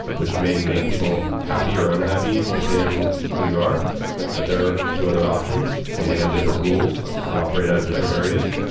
which may make people happy or unhappy depending on who you are but there are two other options and they have different rules and operate out of different areas.